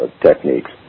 techniques